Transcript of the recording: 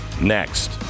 next